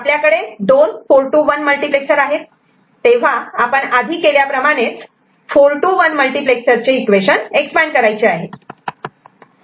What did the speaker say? आपल्याकडे दोन 4 to 1 multiplexer आहेत तेव्हा आपण आधी केल्याप्रमाणेच 4 to 1 मल्टिप्लेक्सर चे इक्वेशन एक्सपांड करायचे आहे